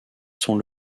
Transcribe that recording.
sont